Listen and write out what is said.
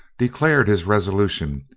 declared his resolution,